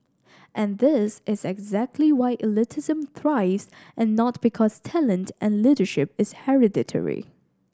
and this is exactly why elitism thrives and not because talent and leadership is hereditary